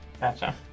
Gotcha